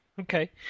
Okay